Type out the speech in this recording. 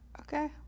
Okay